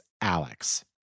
Alex